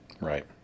Right